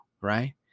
right